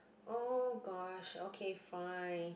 oh gosh okay fine